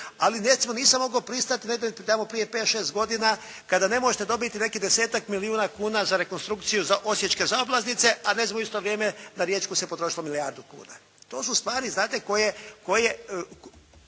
nisam mogao pristati tamo prije pet, šest godina kada ne možete dobiti nekih desetak milijuna kuna za rekonstrukciju za osječke zaobilaznice a ne znam u isto vrijeme na riječku se potrošilo milijardu kuna. To su stvari znate koje